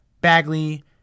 Bagley